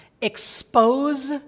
Expose